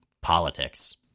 politics